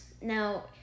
Now